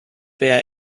bear